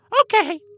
Okay